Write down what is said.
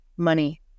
money